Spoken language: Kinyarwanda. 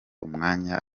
umwanya